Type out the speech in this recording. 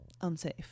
unsafe